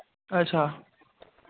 अच्छा